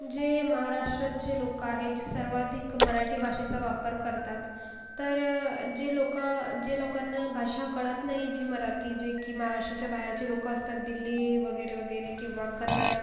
जे महाराष्ट्राचे लोकं आहे जे सर्वाधिक मराठी भाषेचा वापर करतात तर जे लोक जे लोकांना भाषा कळत नाही जी मराठी जे की महाराष्ट्राच्या बाहेरचे लोक असतात दिल्ली वगैरे वगैरे किंवा कन्नड